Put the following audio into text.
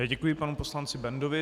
Děkuji panu poslanci Bendovi.